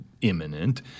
imminent